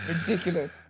ridiculous